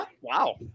wow